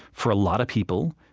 for a lot of people,